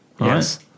yes